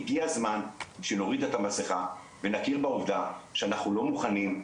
הגיע הזמן שנוריד את המסכה ונכיר בעובדה שאנחנו לא מוכנים,